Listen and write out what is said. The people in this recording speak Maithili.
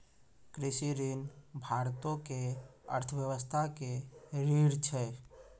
कृषि ऋण भारतो के अर्थव्यवस्था के रीढ़ छै